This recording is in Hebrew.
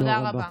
תודה רבה.